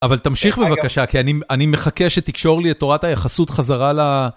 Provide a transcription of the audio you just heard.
אבל תמשיך בבקשה, כי אני מחכה שתקשור לי את תורת היחסות חזרה ל...